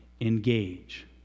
engage